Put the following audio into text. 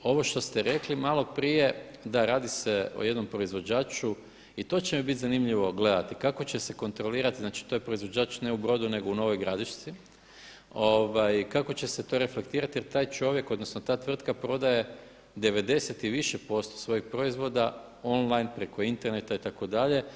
Ovo što ste rekli malo prije, da radi se o jednom proizvođaču i to će mi biti zanimljivo gledati, kako će se kontrolirati, znači to je proizvođač ne u Brodu nego u Novoj Gradišci, kako će se to reflektirati jer taj čovjek, odnosno ta tvrtka prodaje 90 i više svojih proizvoda on-line preko interneta itd.